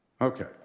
Okay